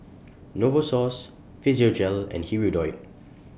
Novosource Physiogel and Hirudoid